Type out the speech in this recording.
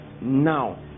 now